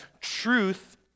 truth